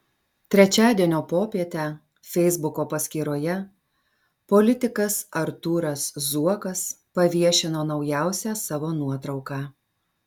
trečiadienio popietę feisbuko paskyroje politikas artūras zuokas paviešino naujausią savo nuotrauką